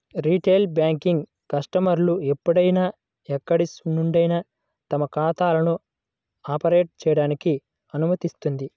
retail banking కస్టమర్లు ఎప్పుడైనా ఎక్కడి నుండైనా తమ ఖాతాలను ఆపరేట్ చేయడానికి అనుమతిస్తుంది